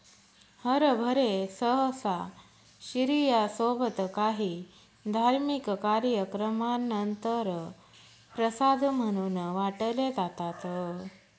हरभरे सहसा शिर्या सोबत काही धार्मिक कार्यक्रमानंतर प्रसाद म्हणून वाटले जातात